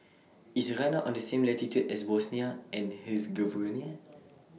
IS Ghana on The same latitude as Bosnia and Herzegovina